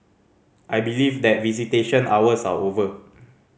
I believe that visitation hours are over